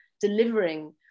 delivering